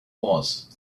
was